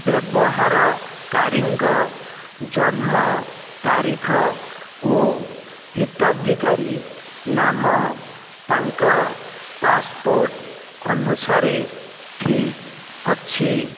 ବ୍ୟବହାରକାରୀଙ୍କ ଜନ୍ମ ତାରିଖ ଓ ହିତାଧିକାରୀ ନାମ ତାଙ୍କ ପାସ୍ପୋର୍ଟ ଅନୁସାରେ ଠିକ୍ ଅଛି